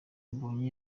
mbonyi